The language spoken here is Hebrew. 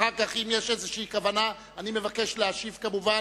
אחר כך, אם יש איזו כוונה, אני מבקש להשיב, כמובן.